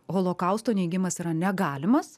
holokausto neigimas yra negalimas